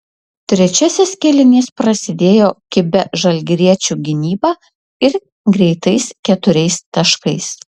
trečiasis kėlinys prasidėjo kibia žalgiriečių gynyba ir greitais keturiais taškais